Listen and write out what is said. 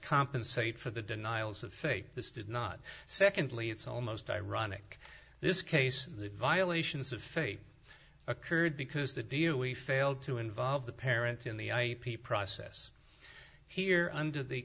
compensate for the denials of fate this did not secondly it's almost ironic this case the violations of fate occurred because the deal we failed to involve the parent in the i p process here under the